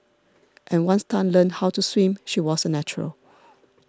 and once Tan learnt how to swim she was a natural